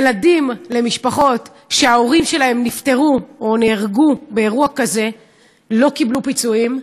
ילדים שההורים שלהם נפטרו או נהרגו באירוע כזה לא קיבלו פיצויים,